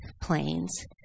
planes